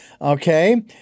okay